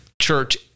church